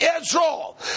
Israel